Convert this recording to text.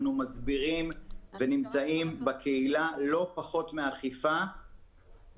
אנחנו מסבירים ונמצאים בקהילה לא פחות מאכיפה,